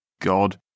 God